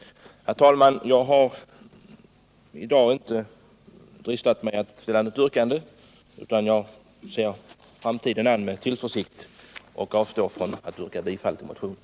Herr talman! Jag dristar mig i dag inte till att ställa något yrkande, utan jag ser framtiden an med tillförsikt. Jag avstår alltså från att yrka bifall till motionen.